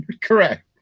Correct